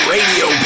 Radio